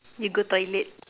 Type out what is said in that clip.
you go toilet